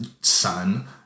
son